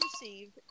received